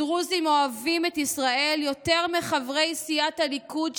הדרוזים אוהבים את ישראל יותר מחברי סיעת הליכוד,